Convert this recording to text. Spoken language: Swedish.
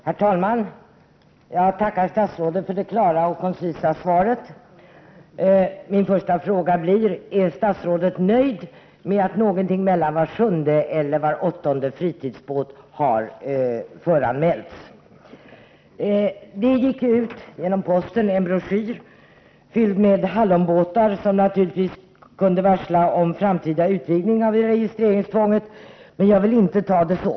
Herr talman! Jag tackar statsrådet för det klara och koncisa svaret. Min första fråga blir om statsrådet är nöjd med att ungefär var sjunde eller var åttonde fritidsbåt har föranmälts. Genom posten gick det ut en broschyr, fylld med hallonbåtar, som naturligtvis kunde varsla om framtida utvidgningar av registreringstvånget. Men jag vill inte ta det så.